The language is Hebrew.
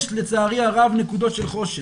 יש לצערי הרב נקודות של חושך.